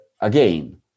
again